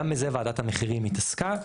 גם בזה ועדת המחירים התעסקה,